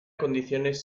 condiciones